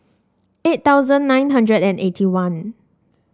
eight thousand nine hundred and eighty one